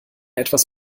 etwas